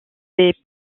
des